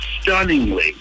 stunningly